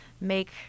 make